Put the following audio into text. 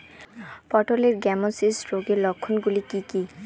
পটলের গ্যামোসিস রোগের লক্ষণগুলি কী কী?